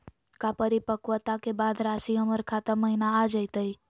का परिपक्वता के बाद रासी हमर खाता महिना आ जइतई?